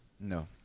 No